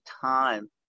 time